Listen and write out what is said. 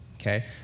okay